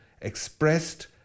expressed